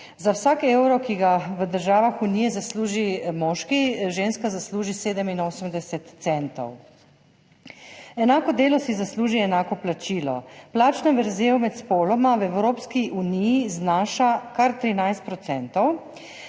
Za vsak evro, ki ga v državah Unije zasluži moški, ženska zasluži 87 centov. Enako delo si zasluži enako plačilo. Plačna vrzel med spoloma v Evropski uniji znaša kar 13 %, v